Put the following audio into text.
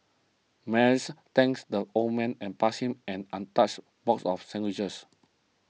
Mary's thanks the old man and passed him an untouched box of sandwiches